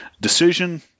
decision